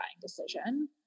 decision